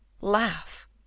Laugh